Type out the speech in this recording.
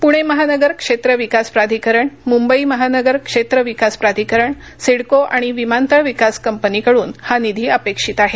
पुणे महानगर क्षेत्र विकास प्राधिकरण मुंबई महानगर क्षेत्र विकास प्राधिकरण सिडको आणि विमानतळ विकास कंपनीकडून हा निधी अपेक्षित आहे